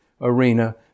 arena